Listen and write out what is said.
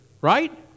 right